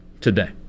today